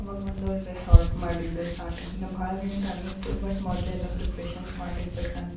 ಅವಾಗ ಒಂದು dress order ಮಾಡಿದ್ದೆ ಸ್ಟಾರ್ಟಿಂಗ್ ನಾ ಭಾಳ ದಿನ ಟೈಮ್ ಇತ್ತು ಬಟ್ ಮೊದಲೆಲ್ಲ ಪ್ರಿಪ್ರೇಶನ್ಸ್ ಮಾಡಿರಬೇಕಂತ